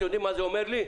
אתם יודעים מה זה אומר לי?